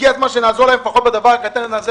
הגיע הזמן שנעזור להם לפחות בדבר הקטן הזה.